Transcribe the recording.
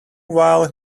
while